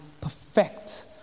perfect